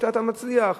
שיטת "מצליח".